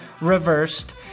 reversed